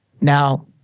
Now